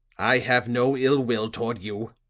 i have no ill will toward you,